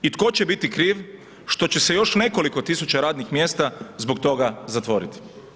I tko će biti kriv što će se još nekoliko tisuće radnih mjesta zbog toga zatvoriti.